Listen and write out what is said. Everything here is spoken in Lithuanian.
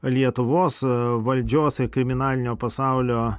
lietuvos valdžios ir kriminalinio pasaulio